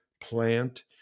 plant